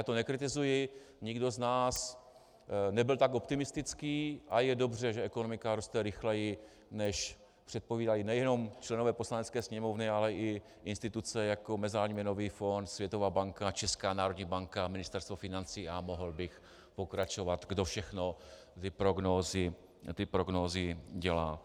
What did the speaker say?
Já to nekritizuji, nikdo z nás nebyl tak optimistický a je dobře, že ekonomika roste rychleji, než předpovídají nejenom členové Poslanecké sněmovny, ale i instituce, jako je Mezinárodní měnový fond, Světová banka, Česká národní banka, Ministerstvo financí, a mohl bych pokračovat, kdo všechno ty prognózy dělá.